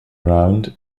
around